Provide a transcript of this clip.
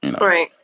right